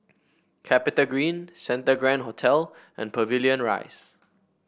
CapitaGreen Santa Grand Hotel and Pavilion Rise